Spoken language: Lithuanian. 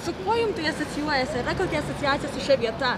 su kuo jum tai asocijuojasi yra kokia asociacija su šia vieta